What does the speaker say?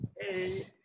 Hey